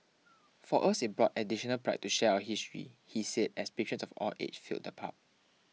for us it brought additional pride to share our history he said as patrons of all ages filled the pub